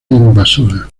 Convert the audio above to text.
invasora